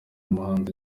umuhanzi